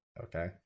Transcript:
okay